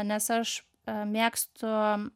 nes aš mėgstu